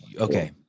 Okay